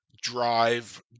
drive